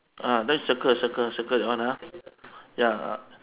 ah then circle circle circle that one ah ya